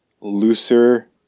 looser